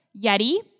Yeti